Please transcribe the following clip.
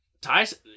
Tyson